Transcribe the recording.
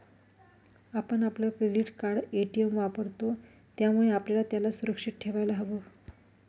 आपण आपलं credit card, ATM वापरतो, त्यामुळे आपल्याला त्याला सुरक्षित ठेवायला हव